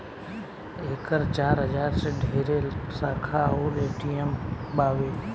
एकर चार हजार से ढेरे शाखा अउर ए.टी.एम बावे